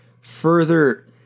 further